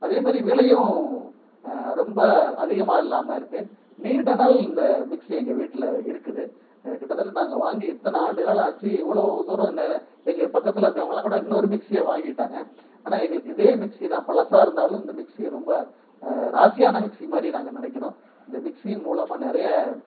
அதே மாரி விலையும் ரொம்ப அதிகமாக இல்லாமல் இருக்குது நீண்ட நாள் இந்த மிக்ஸி எங்கள் வீட்டில் இருக்குது கிட்டத்தட்ட நாங்கள் வாங்கி இத்தனை ஆண்டுகளாக ஆச்சு இவ்வளவு தூரம் நெ எங்கள் பக்கத்தில் இருக்கிறவங்களாம் கூட இன்னோரு மிக்ஸியை வாங்கிட்டாங்க ஆனால் எங்களுக்கு இதே மிக்ஸி தான் பழசா இருந்தாலும் இந்த மிக்ஸி ரொம்ப ராசியான மிக்ஸி மாதிரி நாங்கள் நினைக்கிறோம் இந்த மிக்ஸியின் மூலமாக நிறைய